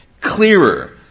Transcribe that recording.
clearer